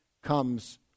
comes